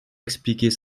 expliquer